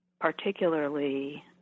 particularly